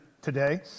today